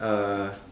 uh